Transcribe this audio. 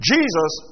Jesus